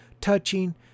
touching